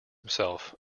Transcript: himself